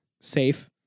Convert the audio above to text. safe